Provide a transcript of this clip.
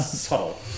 subtle